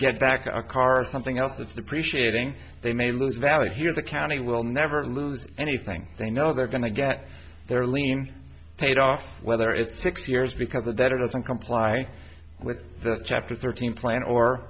get back a car or something else it's depreciating they may lose value here the county will never lose anything they know they're going to get their lien paid off whether it's six years because the debtor doesn't comply with the chapter thirteen plan or